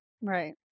Right